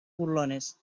burlones